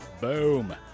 Boom